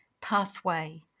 pathway